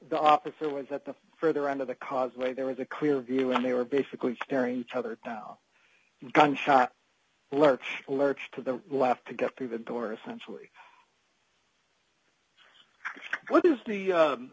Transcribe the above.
the officer was at the further end of the causeway there was a clear view and they were basically staring each other down gunshot lurch lurch to the left to get through the door essentially what is the